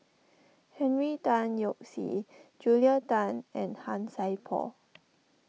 Henry Tan Yoke See Julia Tan and Han Sai Por